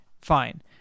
fine